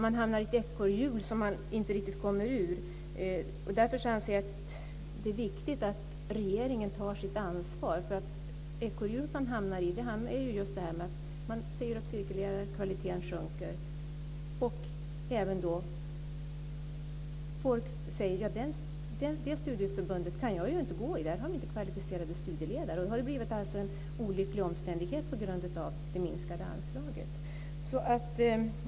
Man hamnar i ett ekorrhjul som man inte riktigt kommer ur. Därför anser jag att det är viktigt att regeringen tar sitt ansvar. Ekorrhjulet man hamnar i handlar om att man säger upp cirkelledare och att kvaliteten sjunker. Folk säger: Det studieförbundet kan jag inte gå i, för där har man inte kvalificerade studieledare. Då har det blivit en olycklig omständighet på grund av det minskade anslaget.